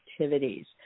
activities